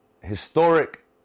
historic